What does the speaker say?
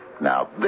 Now